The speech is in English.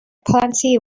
plenty